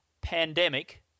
pandemic